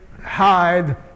hide